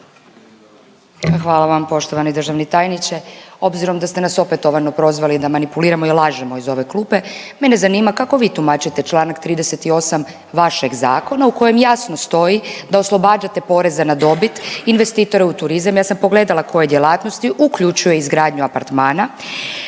Hvala vam poštovani državni tajniče. Obzirom da ste nas opetovano prozvali da manipuliramo i lažemo iz ove klupe mene zanima kako vi tumačite članak 38. vašeg zakona u kojem jasno stoji da oslobađate poreze na dobit, investitore u turizam. Ja sam pogledala koje djelatnosti uključuje i izgradnju apartmana